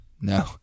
No